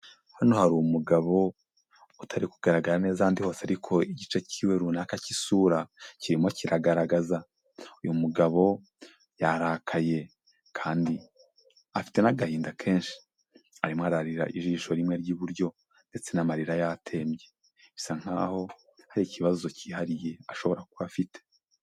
Hano hari umugabo utari kugaragara neza ahandi hose ariko igice kiwe runaka cy'isura kirimo kiragaragara, uyu mugabo yarakaye, kandi afite n'agahinda kenshi, arimo ararira, ijisho rimwe ry'iburyo ndetse n'amarira yatembye, bisa nkaho hari ikibazo cyihariye ashobora kuba afite.